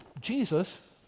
Jesus